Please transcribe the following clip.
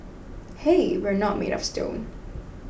hey we're not made of stone